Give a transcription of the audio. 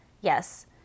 yes